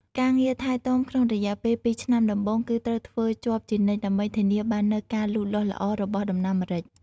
ការងារថែទាំក្នុងរយៈពេលពីរឆ្នាំដំបូងគឺត្រូវធ្វើជាប់ជានិច្ចដើម្បីធានាបាននូវការលូតលាស់ល្អរបស់ដំណាំម្រេច។